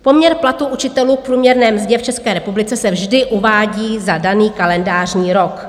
Poměr platu učitelů k průměrné mzdě v České republice se vždy uvádí za daný kalendářní rok.